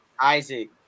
Isaac